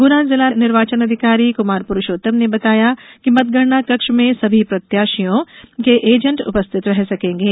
गुना जिला निर्वाचन अधिकारी कुमार पुरूषोत्तम ने बताया कि मतगणना कक्ष में सभी प्रत्याशियों के एजेंट उपस्थित रह सकेंगे